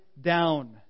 down